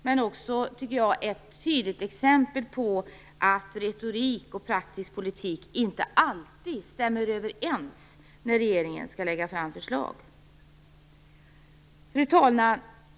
Men jag tycker också att det är ett tydligt exempel på att retorik och praktisk politik inte alltid stämmer överens när regeringen skall lägga fram förslag. Fru talman!